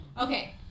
okay